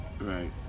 Right